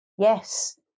Yes